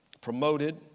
promoted